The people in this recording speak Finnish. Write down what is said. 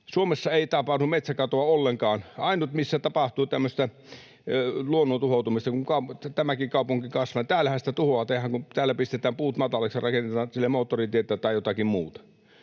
Suomessa ei tapahdu metsäkatoa ollenkaan. Ainut, missä tapahtuu tämmöistä luonnon tuhoutumista, kun tämäkin kaupunki kasvaa — täällähän sitä tuhoa tehdään, kun täällä pistetään puut mataliksi ja rakennetaan moottoritietä tai jotakin muuta.